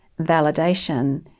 validation